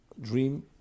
dream